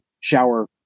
shower